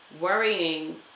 Worrying